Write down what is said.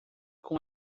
com